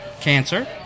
Cancer